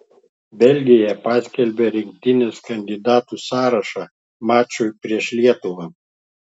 belgija paskelbė rinktinės kandidatų sąrašą mačui prieš lietuvą